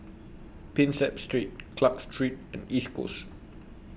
Prinsep Street Clarke Street and East Coast